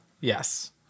yes